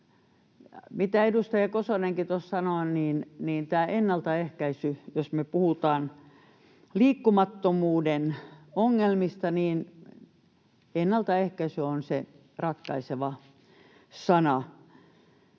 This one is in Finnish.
mitä edustaja Kosonenkin tuossa sanoi — jos me puhutaan liikkumattomuuden ongelmista, niin ennaltaehkäisy on se ratkaiseva sana.